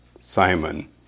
Simon